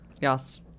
Yes